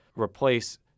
replace